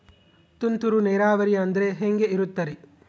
ತುಂತುರು ನೇರಾವರಿ ಅಂದ್ರೆ ಹೆಂಗೆ ಇರುತ್ತರಿ?